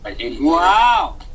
Wow